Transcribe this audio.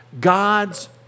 God's